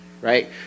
right